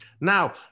Now